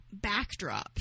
backdrops